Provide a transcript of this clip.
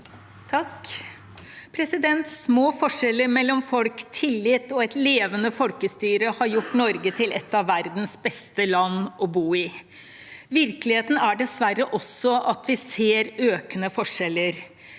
(Sp) Små forskjeller mellom folk, tillit og et levende folkestyre har gjort Norge til et av verdens beste land å bo i. Virkeligheten er dessverre også at vi ser økende forskjeller.